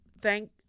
thank